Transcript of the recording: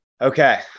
Okay